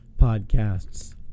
podcasts